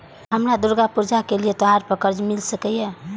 हमरा दुर्गा पूजा के लिए त्योहार पर कर्जा मिल सकय?